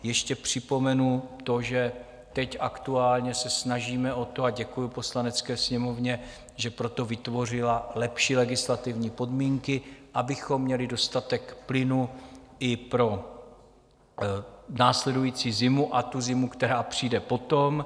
Ještě připomenu, že teď aktuálně se snažíme o to a děkuji Poslanecké sněmovně, že pro to vytvořila lepší legislativní podmínky abychom měli dostatek plynu i pro následující zimu a tu zimu, která přijde potom.